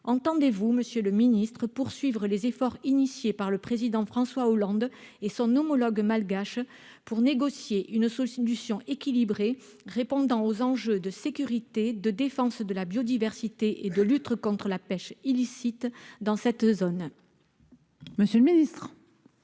entendez-vous, Monsieur le Ministre, poursuivre les efforts initiés par le président François Hollande et son homologue malgache pour négocier une substitution équilibré répondant aux enjeux de sécurité de défense de la biodiversité et de lutte contre la pêche illicite dans cette zone. Monsieur le Ministre.